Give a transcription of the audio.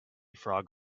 frog